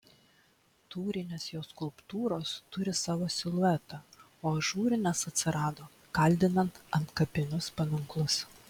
tūrinės jo skulptūros turi savo siluetą o ažūrinės atsirado kaldinant antkapinius paminklus